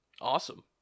Awesome